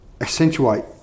accentuate